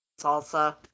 Salsa